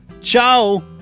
Ciao